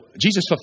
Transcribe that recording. Jesus